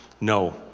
No